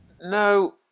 No